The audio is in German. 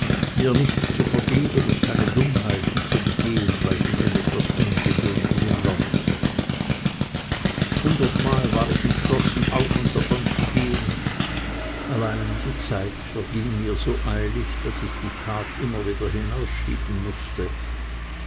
mir nichts zu vergeben und keine dummheiten zu begehen bei diesen etwas ungewöhnlichen leuten hundertmal war ich entschlossen auf und davon zu gehen allein die zeit verging mir so eilig daß ich die tat immer wieder hinausschieben mußte